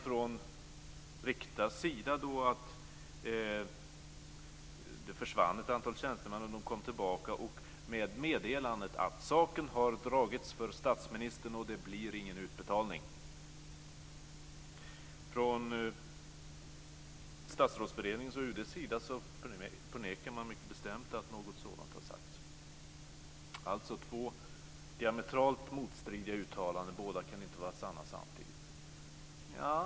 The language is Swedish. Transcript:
Från Riktas sida säger man att det försvann ett antal tjänstemän och att de kom tillbaka med meddelandet: Saken har dragits för statsministern och det blir ingen utbetalning. Från Statsrådsberedningens och UD:s sida förnekar man mycket bestämt att något sådant har sagts. Alltså två diametralt motstridiga uttalanden. Båda kan inte vara sanna samtidigt.